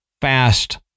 fast